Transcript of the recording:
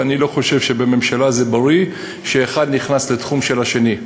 ואני לא חושב שזה בריא שאחד נכנס לתחום של השני בממשלה,